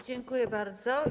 Dziękuję bardzo.